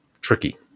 tricky